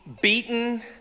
beaten